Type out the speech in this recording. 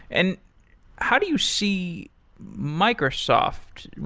and how do you see microsoft?